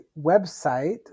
website